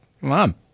mom